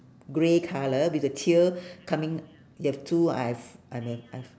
grey colour with a tail coming you have two I have I've uh I have